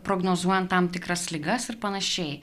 prognozuojant tam tikras ligas ir panašiai